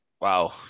Wow